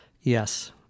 Yes